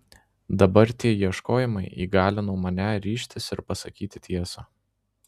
dabar tie ieškojimai įgalino mane ryžtis ir pasakyti tiesą